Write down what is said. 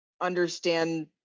understand